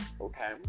okay